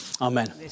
Amen